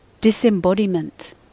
disembodiment